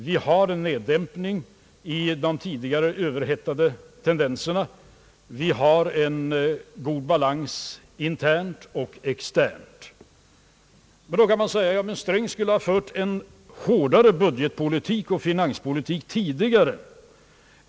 Vi har en neddämpning av de tidigare överhettade tendenserna. Vi har en god balans internt och externt. Man kan då säga att herr Sträng borde ha fört en hårdare budgetpolitik och finanspolitik tidigare.